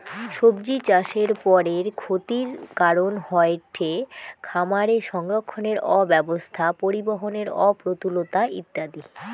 সব্জিচাষের পরের ক্ষতির কারন হয়ঠে খামারে সংরক্ষণের অব্যবস্থা, পরিবহনের অপ্রতুলতা ইত্যাদি